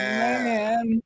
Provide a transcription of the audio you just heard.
man